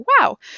wow